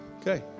Okay